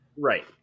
Right